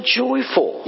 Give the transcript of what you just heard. joyful